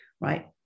right